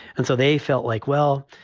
and so they felt like, well,